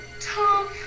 Tom